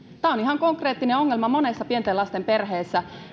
tämä on ihan konkreettinen ongelma monessa pienten lasten perheessä